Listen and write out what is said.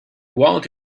want